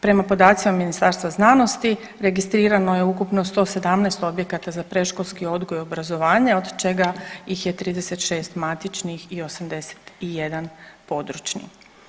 Prema podacima Ministarstva znanosti registrirano je ukupno 117 objekata za predškolski odgoji i obrazovanje od čega ih je 36 matičnih i 81 područni.